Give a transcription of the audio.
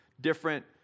different